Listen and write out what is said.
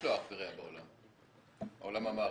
יש לו אח ורע בעולם, בעולם המערבי.